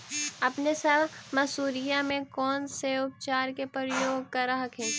अपने सब मसुरिया मे कौन से उपचार के प्रयोग कर हखिन?